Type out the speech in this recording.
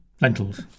Lentils